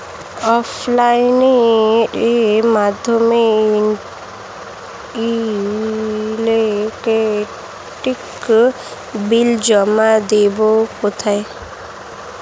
অফলাইনে এর মাধ্যমে ইলেকট্রিক বিল জমা দেবো কোথায়?